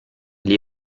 gli